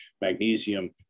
magnesium